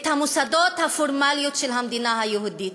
את המוסדות הפורמליים של המדינה היהודית.